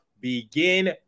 begin